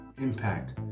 impact